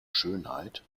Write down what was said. schönheit